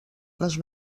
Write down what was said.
les